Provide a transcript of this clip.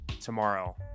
tomorrow